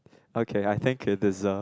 okay I think you deserve